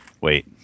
Wait